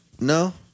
No